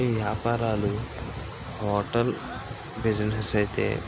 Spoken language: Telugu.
ఈ వ్యాపారాలు హోటల్ బిజినెస్ అయితే